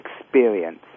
experience